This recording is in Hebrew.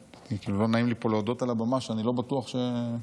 לא נעים לי פה להודות על הבמה שאני לא בטוח שהכרתי.